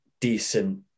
decent